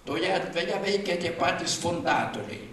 toje erdvėje veikia tie patys fundatoriai